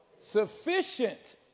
Sufficient